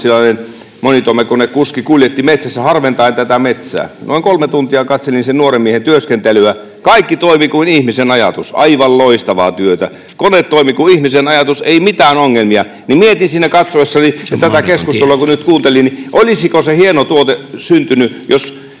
ilomantsilainen monitoimikonekuski kuljetti metsässä harventaen metsää. Noin kolme tuntia katselin sen nuoren miehen työskentelyä, kaikki toimi kuin ihmisen ajatus, aivan loistavaa työtä. Kone toimi kuin ihmisen ajatus, ei mitään ongelmia. Mietin siinä katsoessani ja tätä keskustelua kun nyt kuuntelin, että olisiko se hieno tuote syntynyt, jos